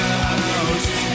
out